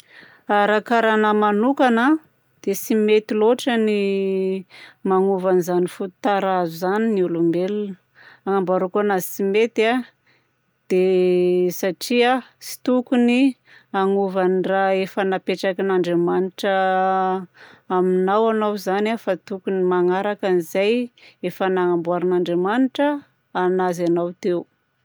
Raha karaha nahy manokagna dia tsy mety loatra ny magnova an'izany fototarazo izany ny olombelogna. Anambarako anazy tsy mety a, dia satria tsy tokony hagnova ny raha efa napetrakin'Andriamanitra aminao ianao izany a fa tokony magnaraka an'izay efa nagnamboaran'Andiamanitra anazy anao teo.